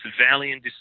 valiant